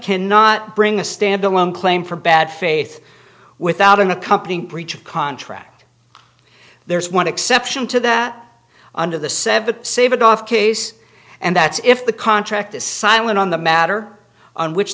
cannot bring a standalone claim for bad faith without an accompanying breach of contract there's one exception to that under the seventy seven off case and that's if the contract is silent on the matter on which